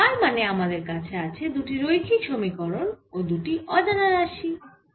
তার মানে আমাদের কাছে আছে দুটি রৈখিক সমীকরণ দুটি অজানা রাশির জন্য